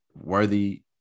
worthy